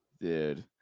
dude